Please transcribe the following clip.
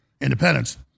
independence